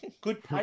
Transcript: Good